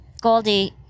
Goldie